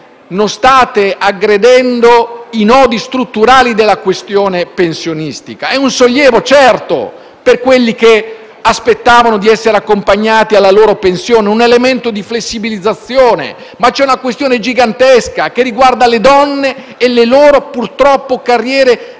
Non state aggredendo i nodi strutturali della questione pensionistica. È un sollievo, certo, per quelli che aspettavano di essere accompagnati alla loro pensione, un elemento di flessibilizzazione. Ma c'è una questione gigantesca, che riguarda le donne e le loro carriere